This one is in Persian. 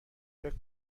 فکر